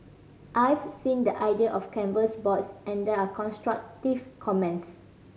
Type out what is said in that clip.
I've seen the idea of canvas boards and there are constructive comments